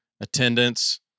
attendance